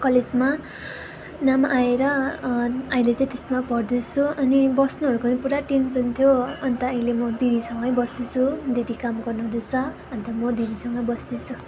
कलेजमा नाम आएर अहिले चाहिँ त्यसमा पढ्दैछु अनि बस्नेहरूको नि पुरा टेन्सन थियो अन्त अहिले म दिदीसँगै बस्दैछु दिदी काम गर्नुहुँदैछ अन्त म दिदीसँगै बस्दैछु